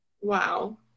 Wow